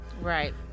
Right